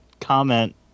comment